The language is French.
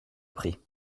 prie